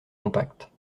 compacts